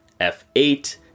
F8